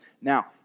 now